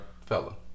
fella